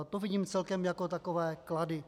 To vidím celkem jako takové klady.